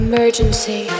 Emergency